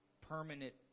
permanent